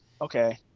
Okay